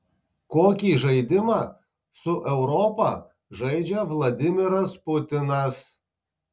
kokį žaidimą su europa žaidžia vladimiras putinas